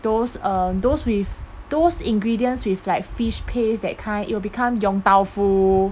those um those with those ingredients with like fish paste that kind it will become yong tau foo